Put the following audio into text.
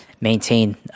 maintain